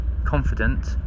confident